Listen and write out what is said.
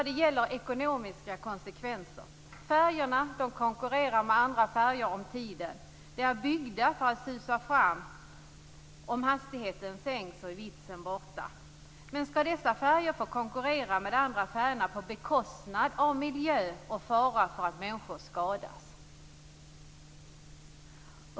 Det gäller ekonomiska konsekvenser. Färjorna konkurrerar med andra färjor om tiden. De är byggda för att susa fram, och om hastigheten sänks är vitsen borta. Skall dessa färjor få konkurrera med de andra färjorna på bekostnad av miljö och fara för att människor skadas?